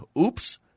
Oops